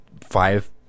five